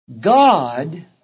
God